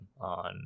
on